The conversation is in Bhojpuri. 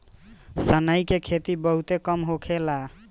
सनई के खेती बहुते कम होखेला एही से किसान लोग आपना हाथ से सनई के काट लेवेलेन